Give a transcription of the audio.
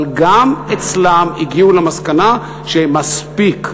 אבל גם אצלם הגיעו למסקנה שמספיק,